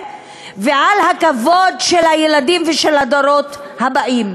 ועל הכבוד של הילדים של הדורות הבאים.